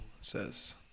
says